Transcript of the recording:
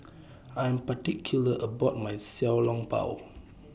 I Am particular about My Xiao Long Bao